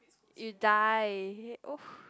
you die